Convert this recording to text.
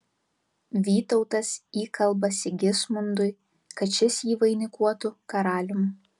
vytautas įkalba sigismundui kad šis jį vainikuotų karalium